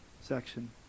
section